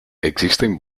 existen